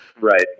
Right